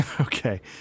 Okay